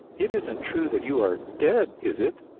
it isn't true that you are dead, is it?